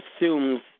assumes